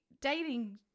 dating